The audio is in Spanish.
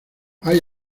hay